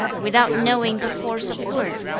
without knowing the force of words,